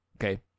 Okay